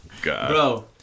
Bro